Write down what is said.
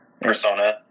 Persona